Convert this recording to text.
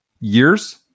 years